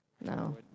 No